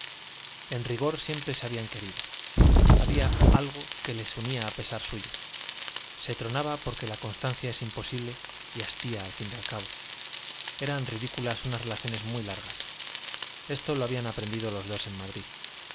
en rigor siempre se habían querido había algo que les unía a pesar suyo se tronaba porque la constancia es imposible y hastía al cabo eran ridículas unas relaciones muy largas esto lo habían aprendido los dos en madrid